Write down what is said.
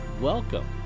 Welcome